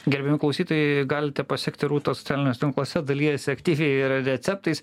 gerbiami klausytojai galite pasekti rūtą socialiniuose tinkluose dalijasi aktyviai ir receptais